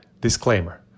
Disclaimer